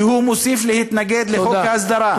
שהוא מוסיף להתנגד לחוק ההסדרה,